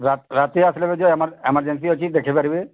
ରାତି ରାତି ଆଠରେ ଏମ୍ରଜେନସି ଅଛି ଦେଖାଇପାରିବେ